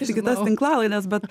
ir kitas tinklalaides bet